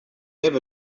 ever